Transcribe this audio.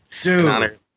Dude